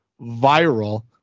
viral